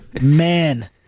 Man